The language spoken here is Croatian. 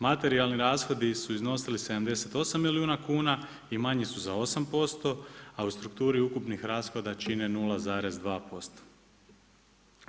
Materijalni rashodi su iznosili 78 milijuna kuna i manji su za 8%, a u strukturi ukupnih rashoda čine 0,2%